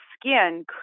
skin